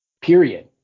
period